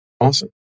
Awesome